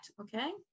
okay